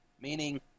meaning